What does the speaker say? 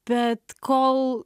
bet kol